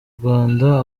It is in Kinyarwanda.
rwanda